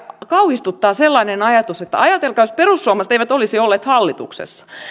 kauhistuttaa sellainen ajatus jos perussuomalaiset eivät olisi olleet hallituksessa